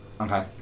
Okay